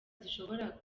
zishobora